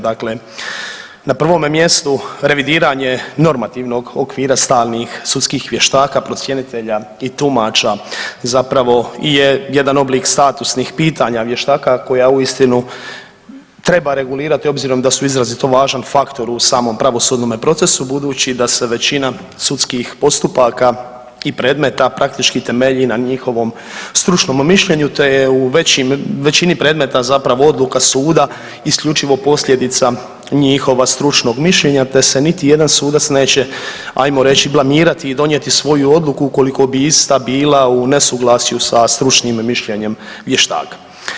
Dakle, na prvome mjestu revidiranje normativnog okvira stalnih sudskih vještaka, procjenitelja i tumača zapravo je i jedan oblik statusnih pitanja vještaka koja uistinu treba regulirati obzirom da su izrazito važan faktor u samom pravosudnom procesu, budući da se većina sudskih postupaka i predmeta praktički temelji na njihovom stručnom mišljenju te je u većini predmeta zapravo odluka suda isključivo posljedica njihova stručnog mišljenja, te se niti jedan sudac neće, hajmo reći blamirati i donijeti svoju odluku ukoliko bi ista bila u nesuglasju sa stručnim mišljenjem vještaka.